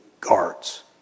guards